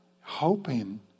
hoping